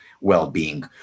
well-being